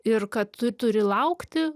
ir kad tu turi laukti